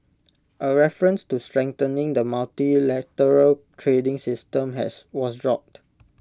A reference to strengthening the multilateral trading system has was dropped